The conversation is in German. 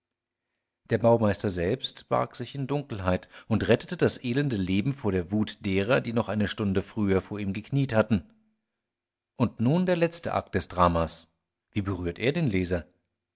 der baumeister selbst barg sich in dunkelheit und rettete das elende leben vor der wut derer die noch eine stunde früher vor ihm gekniet hatten und nun der letzte akt des dramas wie berührt er den leser